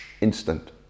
instant